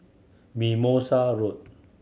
Mimosa Road